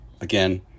again